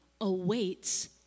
awaits